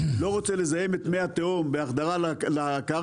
לא רוצה לזהם את מי התהום בהחדרה לקרקע,